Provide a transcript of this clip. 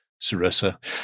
Sarissa